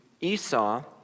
Esau